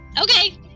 okay